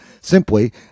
Simply